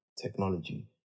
Technology